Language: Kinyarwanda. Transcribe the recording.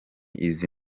izi